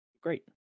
Great